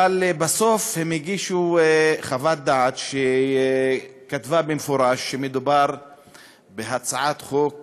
אבל בסוף הם הגישו חוות דעת שנכתב בה במפורש שמדובר בהצעת חוק